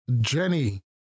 Jenny